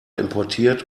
importiert